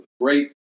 great